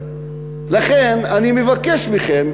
לכן אני מבקש מכם,